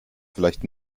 vielleicht